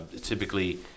typically